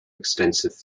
extensive